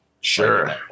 Sure